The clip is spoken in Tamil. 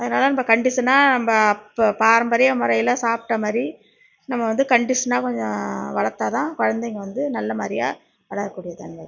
அதனால் நம்ப கண்டிஷனாக நம்ப அப்போ பாரம்பரிய முறையில சாப்பிட்ட மாதிரி நம்ம வந்து கண்டிஷனாக கொஞ்சம் வளர்த்தாதான் குழந்தைங்க வந்து நல்ல மாதிரியா வளரக்கூடிய தன்மை இருக்கும்